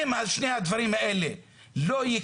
לא מינו,